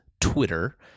Twitter